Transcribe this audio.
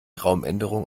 raumänderung